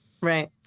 Right